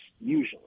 usually